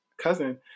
cousin